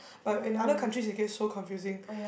but in other countries it gets so confusing